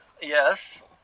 Yes